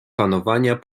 panowania